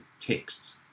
texts